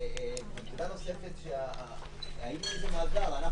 נקודה נוספת, וראינו את זה מהעבר.